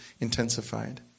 intensified